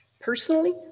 Personally